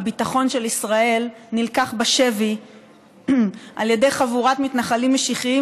הביטחון של ישראל נלקח בשבי על ידי חבורת מתנחלים משיחיים,